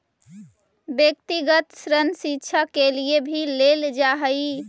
व्यक्तिगत ऋण शिक्षा के लिए भी लेल जा हई